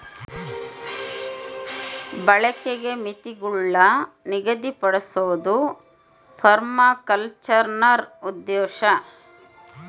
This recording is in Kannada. ಬಳಕೆಗೆ ಮಿತಿಗುಳ್ನ ನಿಗದಿಪಡ್ಸೋದು ಪರ್ಮಾಕಲ್ಚರ್ನ ಉದ್ದೇಶ